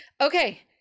Okay